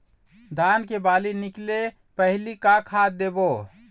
धान के बाली निकले पहली का खाद देबो?